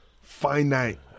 finite